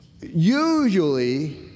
usually